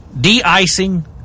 de-icing